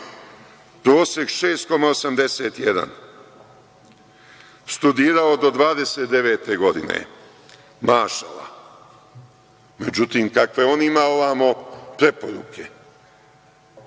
prosek 6,81. Studirao do 29. godine, mašala. Međutim, kakve on ima ovamo preporuke,